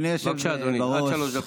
בבקשה, אדוני, עד שלוש דקות.